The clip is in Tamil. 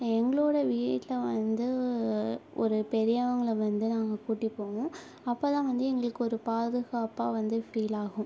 எங்களோட வீட்டில் வந்து ஒரு பெரியவங்களை வந்து நாங்கள் கூட்டி போவோம் அப்போ தான் வந்து எங்களுக்கு ஒரு பாதுகாப்பாக வந்து ஃபீலாகும்